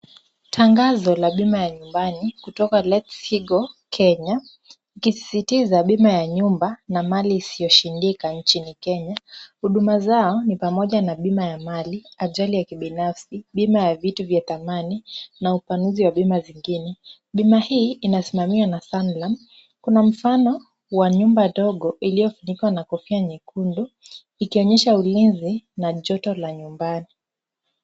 Tangazo la bima ya nyumbani kutoka Letshego Kenya ikisisitiza bima ya nyumba na mali isiyoshindika nchini Kenya. Huduma zao ni pamoja na bima ya mali, ajali ya kibinafsi, bima ya vitu vya thamani, na upanuzi wa bima zingine. Bima hii inasimamiwa na Sanlam. Kuna mfano wa nyumba dogo iliyofunikwa na kofia nyekundu ikionyesha ulinzi na joto la nyumbani.